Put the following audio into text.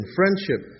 friendship